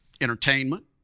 entertainment